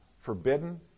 Forbidden